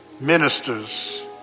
ministers